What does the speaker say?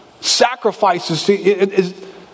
sacrifices